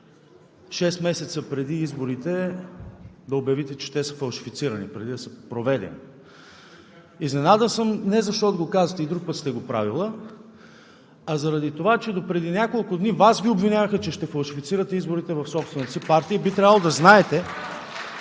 месеца преди изборите да обявите, че те са фалшифицирани, преди да са проведени. Изненадан съм не защото го казвате – и друг път сте го правили, а заради това, че допреди няколко дни Вас Ви обвиняваха, че ще фалшифицирате изборите в собствената си партия. Би трябвало да знаете…